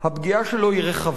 הפגיעה שלו היא רחבה,